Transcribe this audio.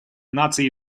наций